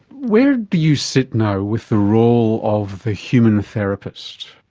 where do you sit now with the role of the human therapist?